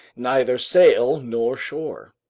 neither sail nor shore.